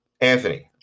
Anthony